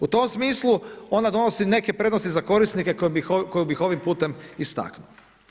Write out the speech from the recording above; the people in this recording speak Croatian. U tom smislu, ona donosi neke prednosti za korisnike, koje bi ovim putem istaknuo.